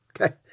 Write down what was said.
Okay